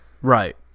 right